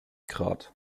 grad